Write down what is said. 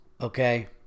okay